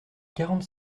quarante